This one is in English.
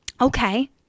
okay